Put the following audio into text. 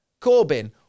Corbyn